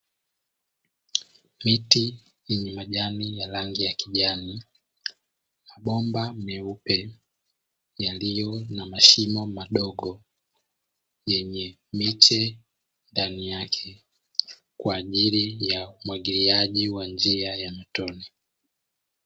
Miti yenye majani ya rangi ya kijani, mabomba meupe yaliyo na mashimo madogo yenye miche ndani yake kwa ajili ya umwagiliaji wa njia ya matone.